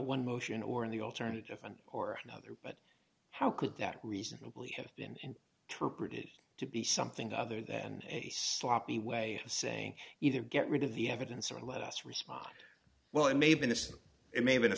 one motion or in the alternative and or another but how could that reasonably have been british to be something other than a sloppy way of saying either get rid of the evidence or let us respond well i may